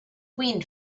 wind